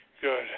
Good